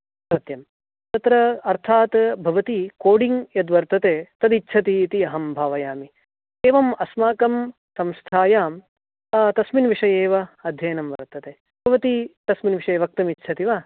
सत्यं तत्र अर्थात् भवति कोडिङ्ग् यद् वर्तते तद् इच्छति इति अहं भावयामि एवम् अस्माकं संस्थायां तस्मिन् विषये एव अध्ययनं वर्तते भवती तस्मिन् विषये वक्तुं इच्छति वा